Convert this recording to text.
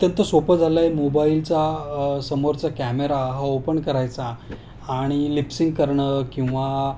अत्यंत सोपं झालं आहे मोबाईलचा समोरचा कॅमेरा हा ओपन करायचा आणि लिप्सिंग करणं किंवा